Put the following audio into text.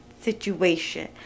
situation